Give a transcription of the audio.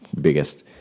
biggest